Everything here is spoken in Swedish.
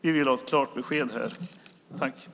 Vi vill ha ett klart besked här, tack!